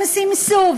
סימסו,